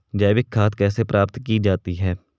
जैविक खाद कैसे प्राप्त की जाती है?